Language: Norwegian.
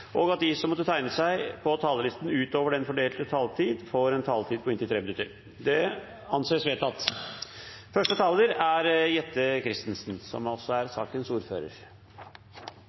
og at de som måtte tegne seg på talerlisten utover den fordelte taletid, får en taletid på inntil 3 minutter. – Det anses vedtatt. Man skulle ikke tro det, men det er faktisk ikke omstilling som forsvarer Norge. Det er